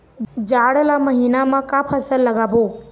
जाड़ ला महीना म का फसल लगाबो?